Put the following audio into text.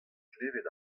klevet